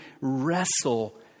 wrestle